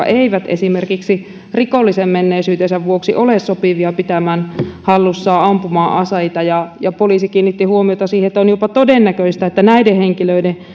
eivät esimerkiksi rikollisen menneisyytensä vuoksi ole sopivia pitämään hallussaan ampuma aseita poliisi kiinnitti huomiota siihen että on jopa todennäköistä että näiden henkilöiden